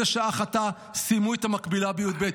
אלה שאך עתה סיימו את המקבילה בי"ב,